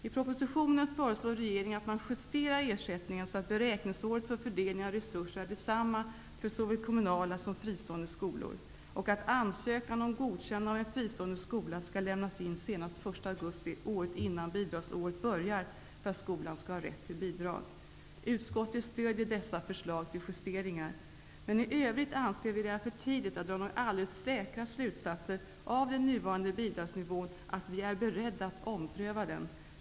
I propositionen föreslår regeringen att man justerar ersättningen så, att beräkningsåret för fördelning av resurser är detsamma för såväl kommunala skolor som fristående skolor, och att ansökan om godkännande av en fristående skola skall lämnas in senast den 1 augusti året innan bidragsåret börjar för att skolan skall ha rätt till bidrag. Utskottet stödjer dessa förslag till justeringar. Men i övrigt anser vi att det är för tidigt att dra några så säkra slutsatser av den nuvarande bidragsnivån att vi är beredda att ompröva den.